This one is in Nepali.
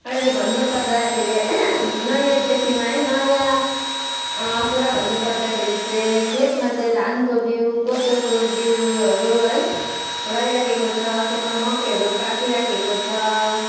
अहिले भन्नुपर्दाखेरि नयाँ खेतीमा है नयाँ कुरा भन्नुपर्दाखेरि चाहिँ खेतमा चाहिँ धानको बिउ कोदोको बिउहरू है लगाइराखेको छ खेतमा मकैहरू पाकिराखेको छ